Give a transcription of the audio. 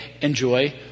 enjoy